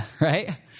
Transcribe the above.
right